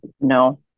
No